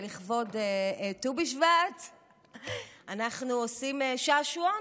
לכבוד ט"ו בשבט אנחנו עושים שעשועון,